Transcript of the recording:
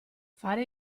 fare